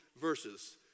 verses